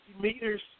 meters